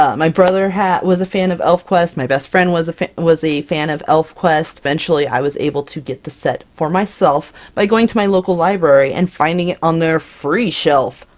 um my brother ha was a fan of elfquest, my best friend was a fan was a fan of elfquest. eventually i was able to get the set for myself by going to my local library and finding it on their free shelf!